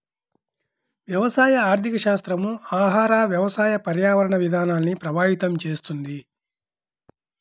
వ్యవసాయ ఆర్థికశాస్త్రం ఆహార, వ్యవసాయ, పర్యావరణ విధానాల్ని ప్రభావితం చేస్తుంది